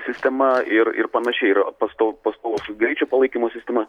sistema ir ir panašiai yra pastov pastovaus greičio palaikymo sistema